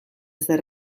zer